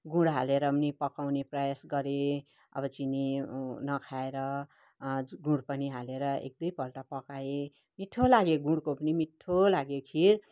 गुँड हालेर पनि पकाउने प्रयास गरेँ अब चिनी नखाएर गुँड पनि हालेर एक दुईपल्ट पकाएँ मिठो लाग्यो गुँडको पनि मिठो लाग्यो खिर